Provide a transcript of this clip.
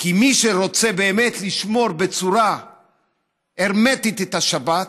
כי מי שרוצה באמת לשמור בצורה הרמטית את השבת,